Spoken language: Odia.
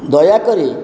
ଦୟାକରି